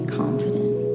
confident